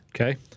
Okay